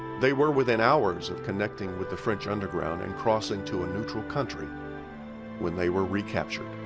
they were within hours of connecting with the french underground and crossing to a neutral country when they were recaptured.